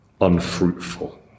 unfruitful